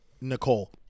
Nicole